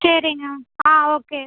சரிங்க ஆ ஓகே